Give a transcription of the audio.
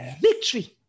Victory